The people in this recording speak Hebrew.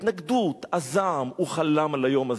ההתנגדות, הזעם, הוא חלם על היום הזה.